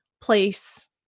place